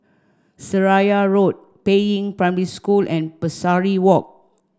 Seraya Road Peiying Primary School and Pesari Walk